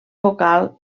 vocal